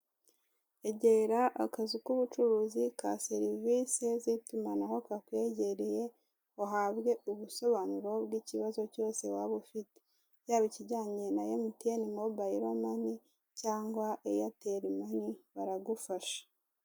Egera akazu k'ubucuruzi ka serivisi z'itumamanaho kakwegereye, uhabwe ubusobanuro bw'ikibazo cyose waba ufite. Yaba ikijyanye na Emutiyeni mobayiro mani cyangwa Eyateri mani, baragufasha.